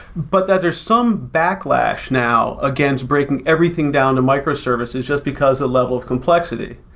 but that there's some backlash now against breaking everything down to microservices, just because the level of complexity.